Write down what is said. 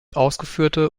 ausgeführte